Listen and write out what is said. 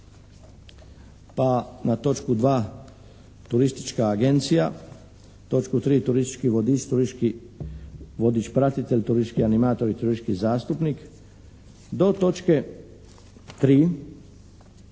pa na točku 2. turistička agencija, točku 3. turistički vodič, turistički vodič pratitelj, turistički animator i turistički zastupnik do točke 3.: Turističke usluge